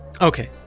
Okay